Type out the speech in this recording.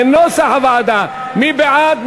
כנוסח הוועדה, מי בעד?